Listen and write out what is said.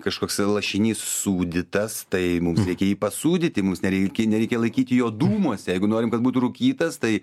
kažkoks lašinys sūdytas tai mums reikia jį pasūdyti mums nereik nereikia laikyti jo dūmuose jeigu norim kad būti rūkytas tai